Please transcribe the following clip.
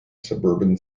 suburban